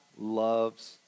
loves